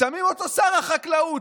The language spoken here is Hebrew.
שמים אותו שר החקלאות,